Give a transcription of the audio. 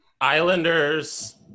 Islanders